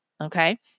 okay